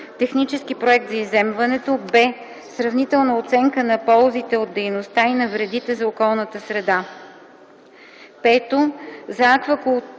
технически проект за изземването; б) сравнителна оценка на ползите от дейността и на вредите за околната среда;